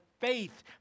faith